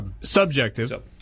Subjective